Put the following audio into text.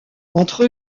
entre